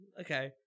okay